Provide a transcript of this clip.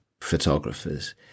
photographers